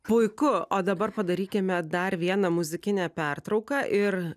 puiku o dabar padarykime dar vieną muzikinę pertrauką ir